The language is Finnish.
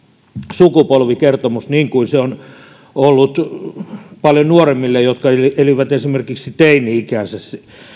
sukupolvikertomus niin kuin se on ollut paljon nuoremmille jotka elivät esimerkiksi teini ikäänsä